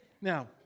now